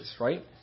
Right